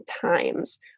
times